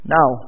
Now